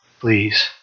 please